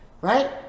Right